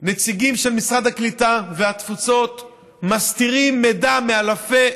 נציגים של משרד הקליטה והתפוצות מסתירים מידע מאלפי,